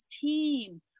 team